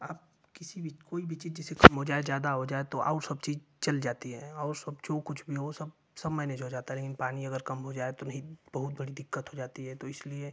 आप किसी भी कोई भी चीज़ जिसे कम हो जाए ज़्यादा हो जाए तो और सब चीज़ चल जाती है और सब जो कुछ भी हो सब सब मैनेज हो जाता लेकीन पानी अगर कम हो जाए तो नहीं बहुत बड़ी दिक्कत हो जाती है तो इसलिए